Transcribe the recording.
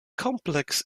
complex